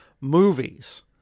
movies